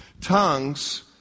Tongues